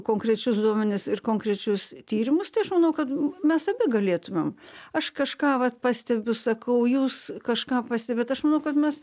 konkrečius duomenis ir konkrečius tyrimus tai aš manau kad mes abi galėtumėm aš kažką vat pastebiu sakau jūs kažką pastebit aš manau kad mes